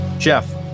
Jeff